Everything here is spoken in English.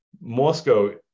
Moscow